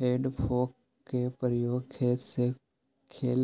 हेइ फोक के प्रयोग खेत से खेर